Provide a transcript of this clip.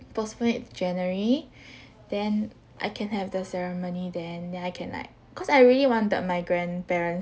postpone it to january then I can have the ceremony then then I can like cause I really wanted my grandparents